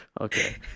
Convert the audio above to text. Okay